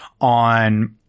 on